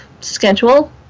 schedule